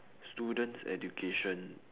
students education